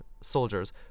soldiers